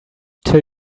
till